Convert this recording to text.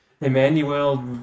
Emmanuel